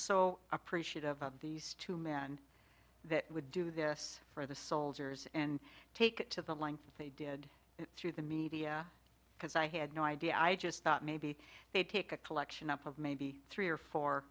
so appreciative of these two men that would do this for the soldiers and take it to the line they did it through the media because i had no idea i just thought maybe they'd take a collection up of maybe three or four